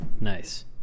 Nice